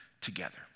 together